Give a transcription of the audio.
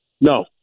No